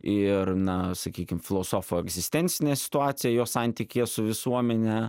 ir na sakykim filosofo egzistencinę situaciją jo santykyje su visuomene